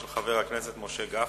של חבר הכנסת משה גפני.